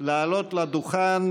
לעלות לדוכן